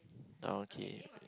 okay